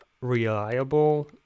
reliable